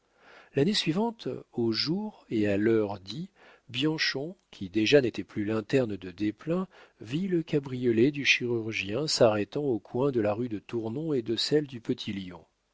l'année suivante au jour et à l'heure dits bianchon qui déjà n'était plus l'interne de desplein vit le cabriolet du chirurgien s'arrêtant au coin de la rue de tournon et de celle du